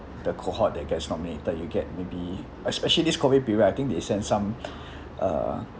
the cohort that gets nominated you get maybe especially this COVID period I think they send some uh